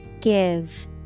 Give